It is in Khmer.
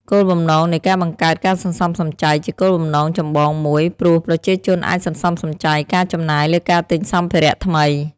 គោលបំណងនៃការបង្កើតការសន្សំសំចៃ ជាគោលបំណងចម្បងមួយ ព្រោះប្រជាជនអាចសន្សំសំចៃការចំណាយលើការទិញសម្ភារៈថ្មី។